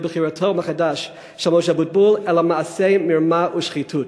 לבחירתו מחדש של משה אבוטבול אלא מעשי מרמה ושחיתות.